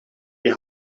die